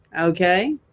okay